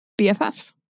BFFs